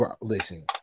Listen